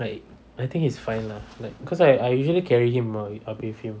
like I think he's fine lah like cause I I usually carry him while I bathe him